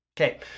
Okay